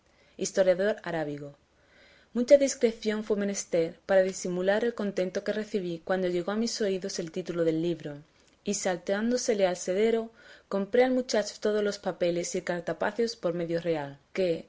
historiador arábigo mucha discreción fue menester para disimular el contento que recebí cuando llegó a mis oídos el título del libro y salteándosele al sedero compré al muchacho todos los papeles y cartapacios por medio real que